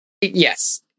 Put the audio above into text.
yes